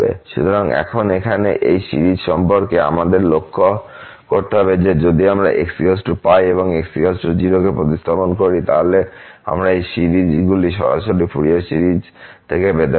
সুতরাং এখন এখানে এই সিরিজ সম্পর্কে আমাদের লক্ষ্য করতে হবে যে যদি আমরা x π এবং x 0 কে প্রতিস্থাপিত করি তাহলে আমরা এই সিরিজগুলি সরাসরি ফুরিয়ার সিরিজ থেকে পেতে পারি